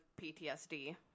ptsd